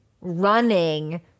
running